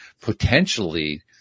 potentially